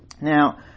Now